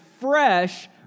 fresh